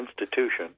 institution